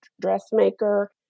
dressmaker